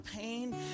pain